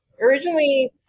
Originally